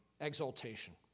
exaltation